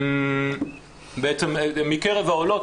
מקרב העולות,